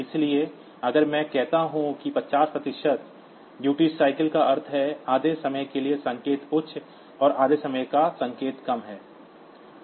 इसलिए अगर मैं कहता हूं कि 50 प्रतिशत उपयोगिता अनुपात का अर्थ है आधे समय के लिए संकेत उच्च और आधे समय का संकेत कम है